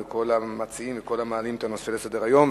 לכל המציעים ולכל המעלים את הנושא לסדר-היום.